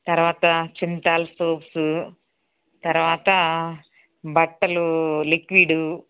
తర్వాత సింతాల్ సోప్స్ తర్వాత బట్టలు లిక్విడ్